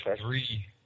three